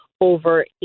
over